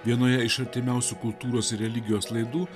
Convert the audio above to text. vienoje iš artimiausių kultūros ir religijos laidų